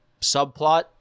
subplot